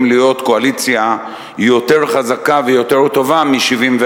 להיות קואליציה יותר חזקה ויותר טובה מ-74.